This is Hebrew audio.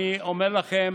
אני אומר לכם